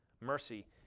Mercy